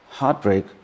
heartbreak